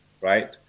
Right